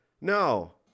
No